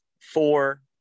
Four